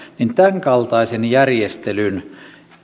tämän kaltaisen järjestelyn